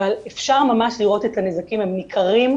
אבל אפשר ממש לראות את הנזקים הניכרים,